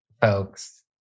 folks